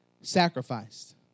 sacrificed